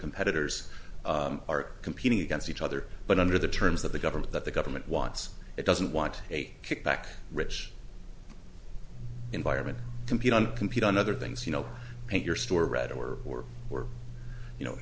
competitors are competing against each other but under the terms that the government that the government wants it doesn't want a kickback rich environment compete on compete on other things you know your store read or work or you know